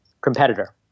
competitor